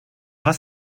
was